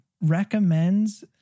recommends